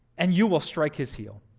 and you will strike his heel.